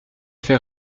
fait